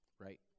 Right